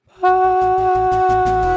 bye